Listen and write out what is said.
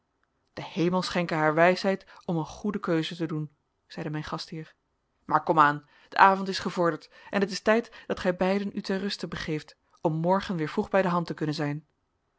de hemel schenke haar wijsheid om een goede keuze te doen zeide mijn gastheer maar komaan de avond is gevorderd en het is tijd dat gij beiden u ter ruste begeeft om morgen weer vroeg bij de hand te kunnen zijn